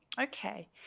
okay